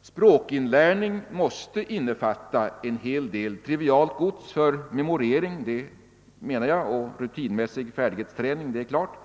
Språkinlärning måste innefatta en hel del trivialt gods för memorering och rutinmässig färdighetsträning — det anser jag vara alldeles klart.